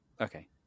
Okay